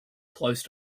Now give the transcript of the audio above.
close